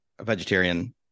vegetarian